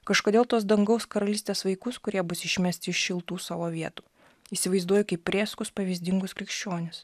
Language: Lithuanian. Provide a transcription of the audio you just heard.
kažkodėl tos dangaus karalystės vaikus kurie bus išmesti iš šiltų savo vietų įsivaizduoju kaip prėskus pavyzdingus krikščionis